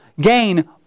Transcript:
gain